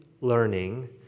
learning